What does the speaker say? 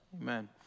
Amen